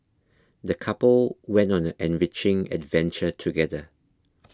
the couple went on an enriching adventure together